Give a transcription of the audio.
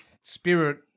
spirit